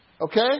Okay